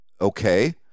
Okay